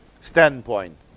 standpoint